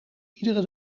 iedere